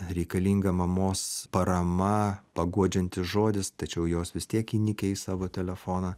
reikalinga mamos parama paguodžiantis žodis tačiau jos vis tiek įnikę į savo telefoną